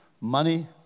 Money